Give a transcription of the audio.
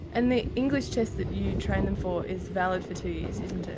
and the english test that you train them for is valid for two years isn't it?